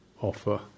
offer